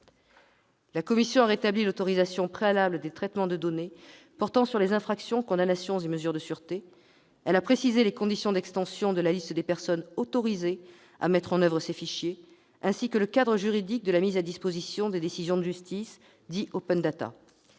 La commission a rétabli l'autorisation préalable des traitements de données portant sur les infractions, condamnations et mesures de sûreté. Elle a précisé les conditions d'extension de la liste des personnes autorisées à mettre en oeuvre ces fichiers, ainsi que le cadre juridique de la mise à disposition des décisions de justice en, et ce